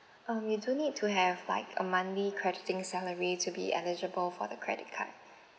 um you do need to have like a monthly crediting salary to be eligible for the credit card